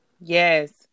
Yes